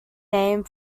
name